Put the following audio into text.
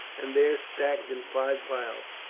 and there stacked in five piles.